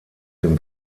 dem